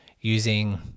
using